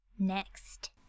Next